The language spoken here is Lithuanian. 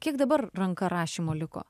kiek dabar ranka rašymo liko